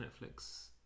Netflix